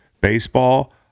Baseball